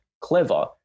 clever